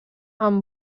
amb